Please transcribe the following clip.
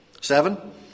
Seven